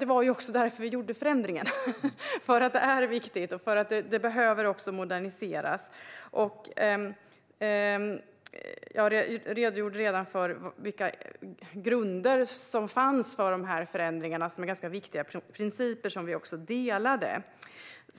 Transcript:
Det var också för att detta är viktigt som vi gjorde förändringen och för att detta behöver moderniseras. Jag redogjorde för vilka grunder som fanns för dessa förändringar, som är ganska viktiga principer, och som vi också delade.